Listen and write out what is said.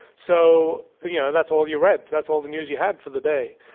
so you know that's all you read, that's all the news you had for the day.